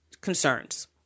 concerns